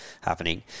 happening